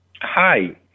Hi